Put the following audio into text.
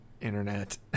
internet